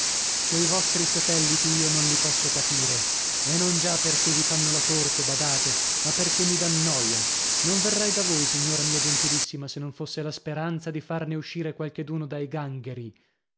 quei vostri satelliti io non li posso patire e non già perché vi fanno la corte badate ma perché mi dan noia non verrei da voi signora mia gentilissima se non fosse la speranza di farne uscire qualcheduno dai gangheri